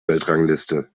weltrangliste